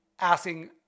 asking